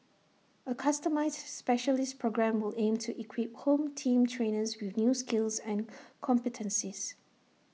A customised specialist programme will aim to equip home team trainers with new skills and competencies